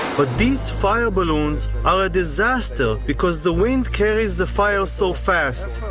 but these fire balloons are a disaster, because the wind carrys the fire so fast.